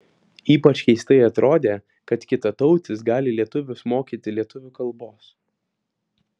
ypač keistai atrodė kad kitatautis gali lietuvius mokyti lietuvių kalbos